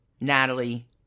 Natalie